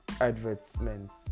advertisements